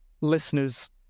listeners